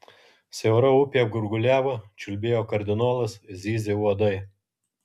siaura upė gurguliavo čiulbėjo kardinolas zyzė uodai